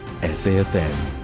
SAFM